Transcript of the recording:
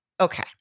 okay